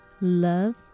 love